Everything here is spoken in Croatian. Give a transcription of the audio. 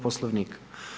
Poslovnika.